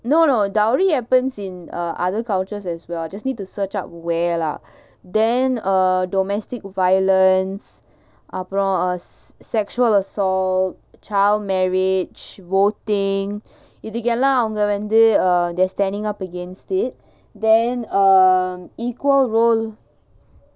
no no dowry happens in uh other cultures as well just need to search out where lah then err domestic violence அப்புறம்:appuram sexual assault child marriage voting இதுக்கு எல்லாம் அவங்க வந்து:ithukku ellaam avanga vanthu they're standing up against it then uh equal role